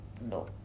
No